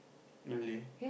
really